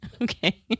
Okay